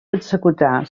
executar